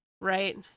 Right